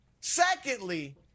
Secondly